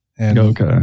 Okay